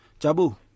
Jabu